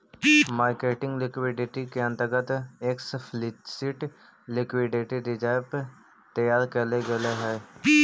marketing liquidity के अंतर्गत explicit liquidity reserve तैयार कैल जा हई